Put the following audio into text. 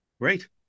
Great